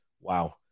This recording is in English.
Wow